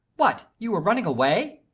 what! you were running away?